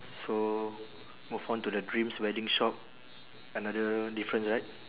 so move on to the dreams wedding shop another difference right